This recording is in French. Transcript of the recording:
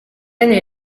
année